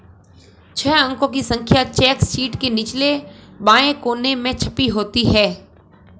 छह अंकों की संख्या चेक शीट के निचले बाएं कोने में छपी होती है